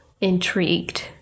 intrigued